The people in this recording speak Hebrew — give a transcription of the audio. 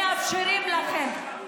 מאפשרים לכם,